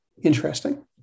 Interesting